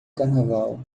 carnaval